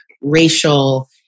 racial